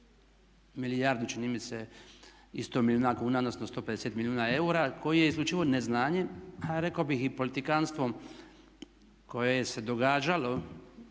milijardu čini mi se i 100 milijuna kuna, odnosno 150 milijuna eura koji je isključivo neznanjem a rekao bih i politikanstvom koje se događalo